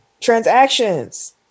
transactions